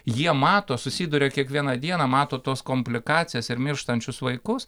jie mato susiduria kiekvieną dieną mato tas komplikacijas ir mirštančius vaikus